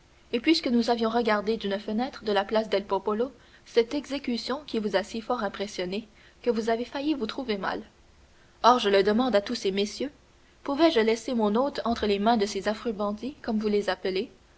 et puisque nous avions regardé d'une fenêtre de la place del popolo cette exécution qui vous a si fort impressionné que vous avez failli vous trouver mal or je le demande à tous ces messieurs pouvais-je laisser mon hôte entre les mains de ces affreux bandits comme vous les appelez